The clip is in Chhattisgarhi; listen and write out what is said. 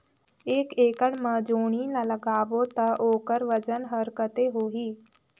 एक एकड़ मा जोणी ला लगाबो ता ओकर वजन हर कते होही?